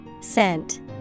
Scent